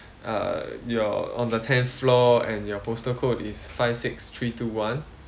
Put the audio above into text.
uh you're on the tenth floor and your postal code is five six three two one